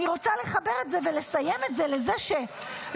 אני רוצה לסיים את זה ולחבר את זה לזה שלא